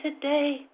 today